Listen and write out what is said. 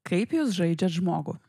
kaip jūs žaidžiat žmogų